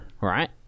right